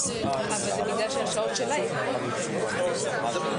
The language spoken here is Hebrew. אותה בלי להיכנס לפרטים כי אחד משני התפקידים